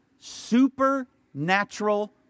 supernatural